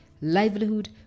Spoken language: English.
livelihood